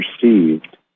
perceived